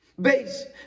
Base